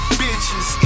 bitches